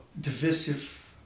Divisive